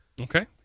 Okay